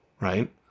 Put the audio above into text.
right